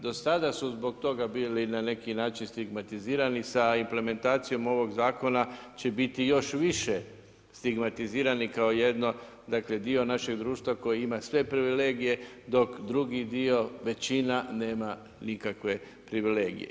Do sada su zbog toga bili na neki način stigmatizirani sa implementacijom ovog zakona će biti još više stigmatizirani kao jedno, dakle dio našeg društva koje ima sve privilegije dok drugi dio, većina nema nikakve privilegije.